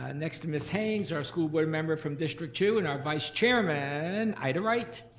ah next to ms. haynes, our school board member from district two and our vice chairman ida wright.